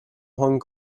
hong